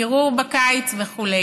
קירור בקיץ וכו'.